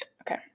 Okay